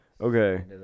Okay